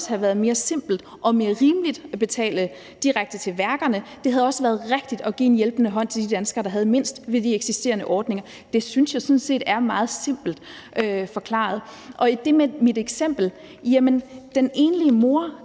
også have været mere simpelt og mere rimeligt at betale direkte til værkerne. Det havde også været rigtigt at give en hjælpende hånd til de danskere, der har mindst, via de eksisterende ordninger. Det synes jeg sådan set er meget simpelt forklaret. Og så er der det i forhold til mit